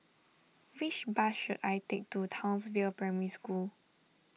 which bus should I take to Townsville Primary School